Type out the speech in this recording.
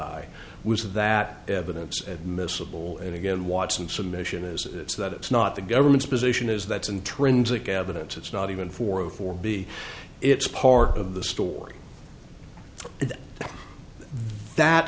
i was that evidence and miscible and again watson submission as it's that it's not the government's position is that's intrinsic evidence it's not even for a for b it's part of the story that